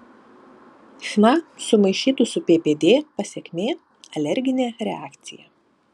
chna sumaišytų su ppd pasekmė alerginė reakcija